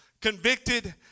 convicted